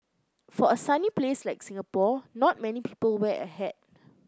for a sunny place like Singapore not many people wear a hat